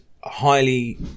highly